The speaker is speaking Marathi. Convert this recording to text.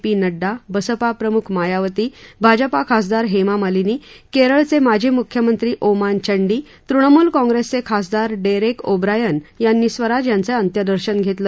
पी नङ्डा बसपा प्रमुख मायावती भाजपा खासदार हेमा मालिनी केरळचे माजी मुख्यमंत्री ओमान चंडी तृणमूल काँप्रिसचे खासदार डेरेक ओब्रायन यांनी स्वराज यांचं अंत्यदर्शन घेतलं